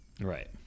Right